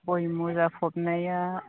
गय मोजां फबनाया